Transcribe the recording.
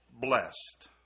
blessed